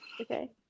Okay